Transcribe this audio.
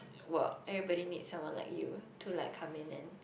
work everybody needs someone like you to like come in and